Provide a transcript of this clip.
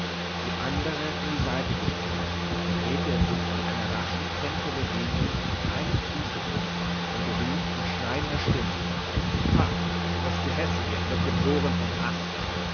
die andere in die seite gestemmt drehte er sich mit einer raschen tänzerbewegung auf einem fuße um und rief mit schneidender stimme pah das gehässige wird geboren vom haß